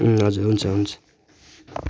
अम् हजुर हुन्छ हुन्छ